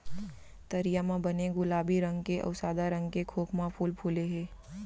तरिया म बने गुलाबी रंग के अउ सादा रंग के खोखमा फूल फूले हे